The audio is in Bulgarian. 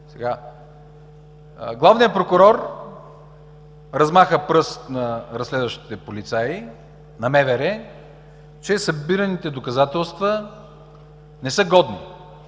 Главният прокурор размаха пръст на разследващите полицаи, на МВР, че събираните доказателства не са годни.